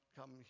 come